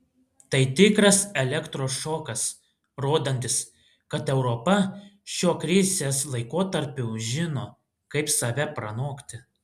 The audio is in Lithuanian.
tai tikras elektros šokas rodantis kad europa šiuo krizės laikotarpiu žino kaip save pranokti